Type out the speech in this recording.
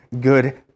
good